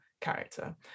character